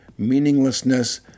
meaninglessness